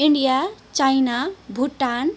India China Bhutan